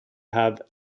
have